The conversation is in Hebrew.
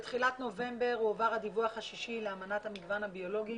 בתחילת נובמבר הועבר הדיווח השישי לאמנת המגוון הביולוגי